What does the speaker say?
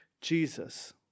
Jesus